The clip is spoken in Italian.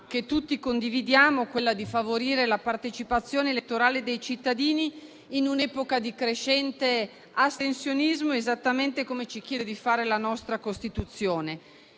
che tutti condividiamo: favorire la partecipazione elettorale dei cittadini in un'epoca di crescente astensionismo, esattamente come ci chiede di fare la nostra Costituzione.